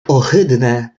ohydne